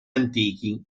antichi